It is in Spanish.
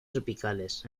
tropicales